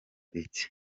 iki